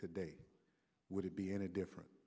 today would it be any different